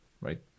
right